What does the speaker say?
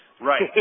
Right